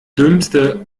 dümmste